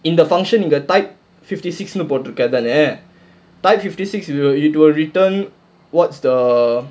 in the function in the type fifty six னு போட்டுருக்கு அதானே:nu potturukku adhaanae type fifty six it will it will return what's the